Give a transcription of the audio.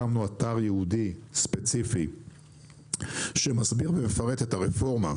הקמנו אתר ייעודי ספציפי שמסביר ומפרט את הרפורמה,